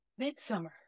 midsummer